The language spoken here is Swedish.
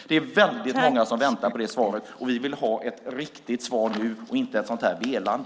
Det är väldigt många som väntar på det svaret. Vi vill ha ett riktigt svar nu och inte ett sådant här velande.